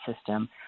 system